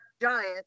Giant